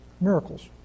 miracles